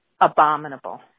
abominable